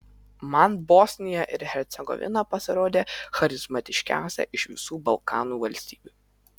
man bosnija ir hercegovina pasirodė charizmatiškiausia iš visų balkanų valstybių